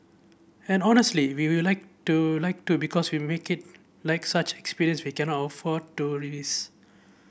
and honestly we will like to like to because you make it like such an experience we cannot afford to